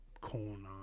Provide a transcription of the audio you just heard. corn